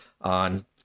on